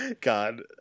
God